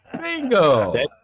bingo